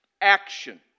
Action